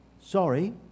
Sorry